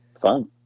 fun